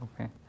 Okay